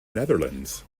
netherlands